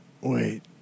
Wait